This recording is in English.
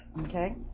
Okay